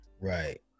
right